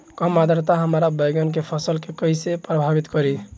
कम आद्रता हमार बैगन के फसल के कइसे प्रभावित करी?